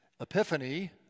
Epiphany